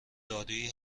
دارویی